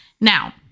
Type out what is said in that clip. Now